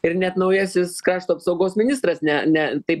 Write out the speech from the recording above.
ir net naujasis krašto apsaugos ministras ne ne taip